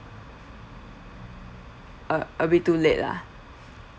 uh a bit too late lah